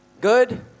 Good